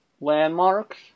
landmarks